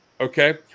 Okay